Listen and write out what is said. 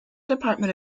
department